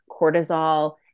cortisol